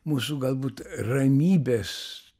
mūsų galbūt ramybės